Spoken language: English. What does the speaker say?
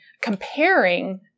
comparing